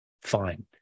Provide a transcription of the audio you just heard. fine